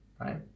Right